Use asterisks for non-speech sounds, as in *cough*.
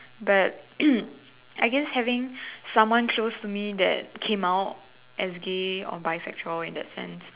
but *coughs* I guess having someone close to me that came out as gay or bisexual in that sense